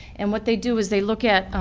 and what they do is they look at,